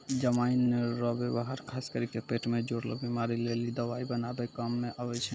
जमाइन रो वेवहार खास करी के पेट से जुड़लो बीमारी लेली दवाइ बनाबै काम मे आबै छै